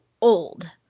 old